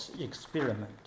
experiment